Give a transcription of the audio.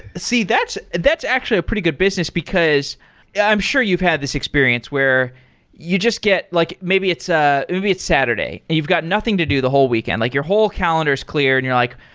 see. that's that's actually a pretty good business, because yeah i'm sure you've had this experience where you just get like maybe it's ah maybe it's saturday and you've got nothing to do the whole weekend. like your whole calendar is clear and you're like.